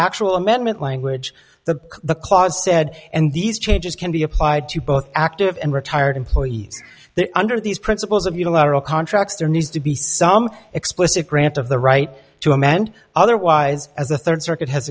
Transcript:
actual amendment language the the clause said and these changes can be applied to both active and retired employees there under these principles of unilateral contracts there needs to be some explicit grant of the right to amend otherwise as the third circuit has